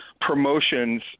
promotions